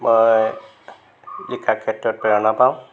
মই লিখাৰ ক্ষেত্ৰত প্ৰেৰণা পাওঁ